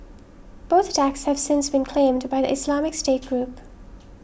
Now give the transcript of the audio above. both attacks have since been claimed by the Islamic State group